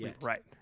right